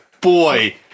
boy